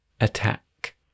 attack